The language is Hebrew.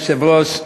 אדוני היושב-ראש,